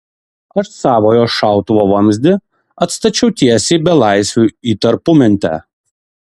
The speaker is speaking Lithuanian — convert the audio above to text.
aš savojo šautuvo vamzdį atstačiau tiesiai belaisviui į tarpumentę